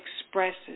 expresses